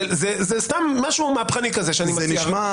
זה סתם משהו מהפכני כזה שאני מציע.